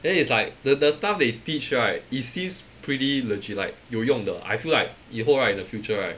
then is like the the stuff they teach right it seems pretty legit like 有用的 I feel like 以后 right the future right